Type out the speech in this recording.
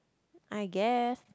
I guess